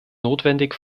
notwendig